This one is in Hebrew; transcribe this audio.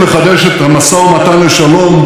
השלום הוא משאת נפשנו.